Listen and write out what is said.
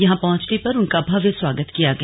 यहां पहुंचने पर उनका भव्य स्वागत किया गया